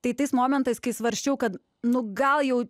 tai tais momentais kai svarsčiau kad nu gal jau